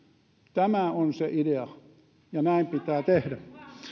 tämä on se idea ja näin pitää tehdä